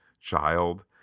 child